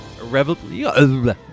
Irrevocably